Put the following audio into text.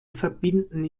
verbinden